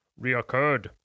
reoccurred